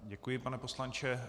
Děkuji, pane poslanče.